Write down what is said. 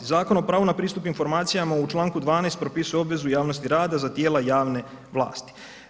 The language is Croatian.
Zakon o pravu na pristup informacijama u članku 12 propisuje obvezu javnosti rada za tijela javne vlasti.